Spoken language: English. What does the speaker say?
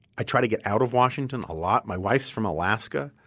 i try to get out of washington a lot. my wife is from alaska.